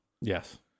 Yes